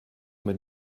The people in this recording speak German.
mit